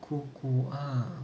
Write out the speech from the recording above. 姑姑 ah